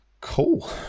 Cool